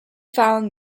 found